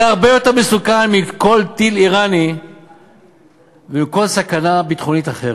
זה הרבה יותר מסוכן מכל טיל איראני ומכל סכנה ביטחונית אחרת.